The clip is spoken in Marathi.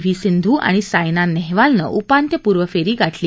व्ही सिंध् आणि सायना नेहवालनं उपांत्यपूर्व फेरी गाठली